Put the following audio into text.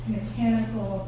mechanical